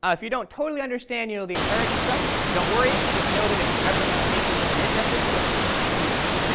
ah if you don't totally understand the inheritance stuff don't worry. just know that if you ever want to make your own init method just do that,